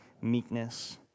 meekness